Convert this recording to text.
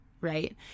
right